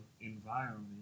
environment